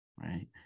right